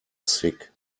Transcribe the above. sick